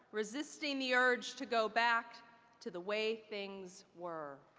resisting the urge to go back to the way things were.